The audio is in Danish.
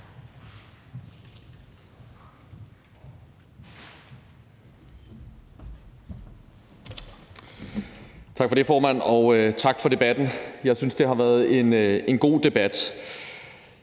Tak for det, formand. Og tak for debatten. Jeg synes, det har været en god debat.